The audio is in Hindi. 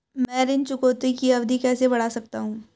मैं ऋण चुकौती की अवधि कैसे बढ़ा सकता हूं?